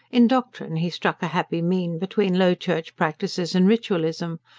in doctrine he struck a happy mean between low-church practices and ritualism,